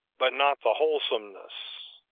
but not the wholesomeness.